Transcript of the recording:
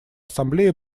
ассамблея